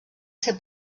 ser